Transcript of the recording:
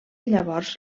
llavors